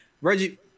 Reggie